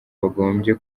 bagombye